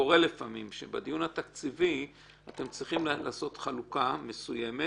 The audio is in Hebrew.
קורה לפעמים שבדיון התקציבי אתם צריכים לעשות חלוקה מסוימת